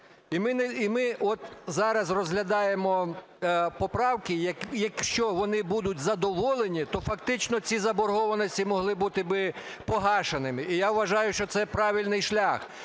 І ми от зараз розглядаємо поправки, якщо вони будуть задоволені, то фактично ці заборгованості могли б бути погашеними. І я вважаю, що це правильний шлях.